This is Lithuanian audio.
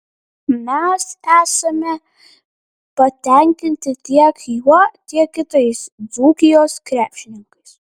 mes esame patenkinti tiek juo tiek kitais dzūkijos krepšininkais